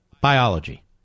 biology